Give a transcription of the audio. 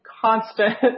constant